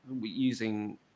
using